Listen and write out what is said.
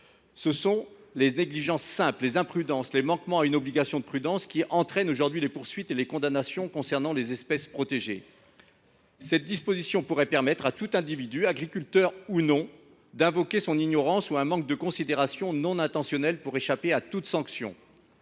Ce sont les négligences simples, les imprudences et les manquements à une obligation de prudence qui entraînent aujourd’hui les poursuites et les condamnations pour atteinte aux espèces protégées. La disposition inscrite à l’article 13 pourrait permettre à tout individu, agriculteur ou non, d’invoquer son ignorance ou un manque de considération non intentionnel pour échapper à toute sanction.